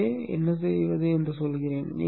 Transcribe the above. எனவே என்ன செய்வது என்று சொல்கிறேன்